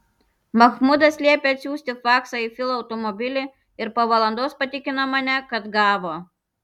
mahmudas liepė atsiųsti faksą į filo automobilį ir po valandos patikino mane kad gavo